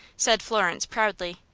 said florence, proudly.